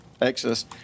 Exodus